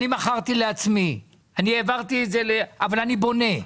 אני מכרתי לעצמי, אבל אני בונה.